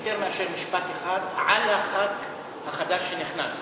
יותר מאשר משפט אחד על חבר הכנסת החדש שנכנס,